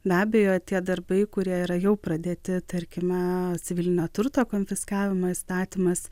be abejo tie darbai kurie yra jau pradėti tarkime civilinio turto konfiskavimo įstatymas